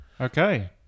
okay